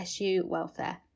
Welfare